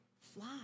fly